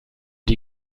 die